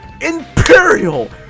Imperial